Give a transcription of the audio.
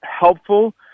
helpful